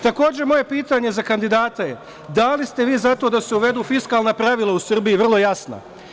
Takođe, moje pitanje za kandidata je – da li ste vi za to da se uvedu fiskalna pravila u Srbiji vrlo jasna?